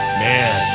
man